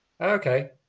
Okay